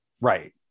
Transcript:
Right